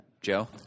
Joe